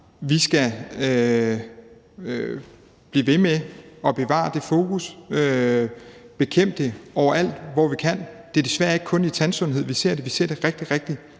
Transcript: Vi skal blive ved med at bevare det fokus og bekæmpe uligheden overalt, hvor vi kan. Det er desværre ikke kun i tandsundhed, vi ser det; vi ser det rigtig,